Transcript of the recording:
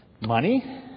money